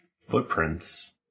footprints